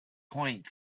point